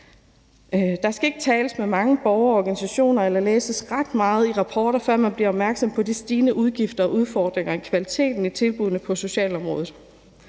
Der skal ikke tales med mange borgere eller organisationer eller læses ret meget i rapporter, før man bliver opmærksom på de stigende udgifter og udfordringer i kvaliteten af tilbuddene på socialområdet.